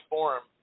Forum